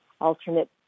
alternate